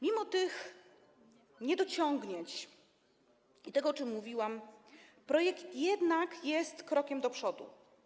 Mimo tych niedociągnięć i tego, o czym mówiłam, projekt jest jednak krokiem do przodu.